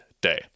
day